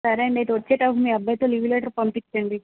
సరే అండీ అయితే వచ్చేటప్పుడు మీ అబ్బాయితో లీవ్ లెటర్ పంపించండి